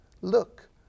Look